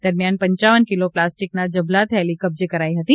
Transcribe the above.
દરમિયાન પપ કિલો પ્લાસ્ટીકના ઝભ્લા થેલી કબજે કરાઈ હતી